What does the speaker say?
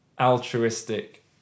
altruistic